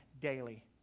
daily